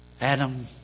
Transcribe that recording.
Adam